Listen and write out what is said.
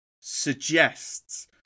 Suggests